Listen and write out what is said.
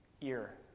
ear